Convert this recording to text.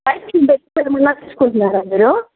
బయట ఫుడ్స్ ఏమన్న ఎక్కువ తీసుకుంటున్నారా మీరూ